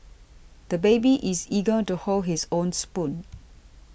the baby is eager to hold his own spoon